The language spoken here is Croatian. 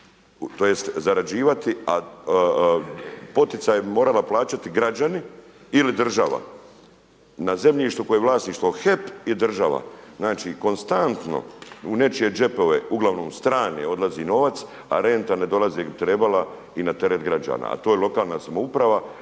tj. zarađivati a poticaj morali plaćati građani ili država. Na zemljištu koje je vlasništvo HEP i država. Znači konstantno u nečije džepove, uglavnom strane odlazi novac a renta ne dolazi gdje bi trebala i na teret građana. A to je lokalna samouprava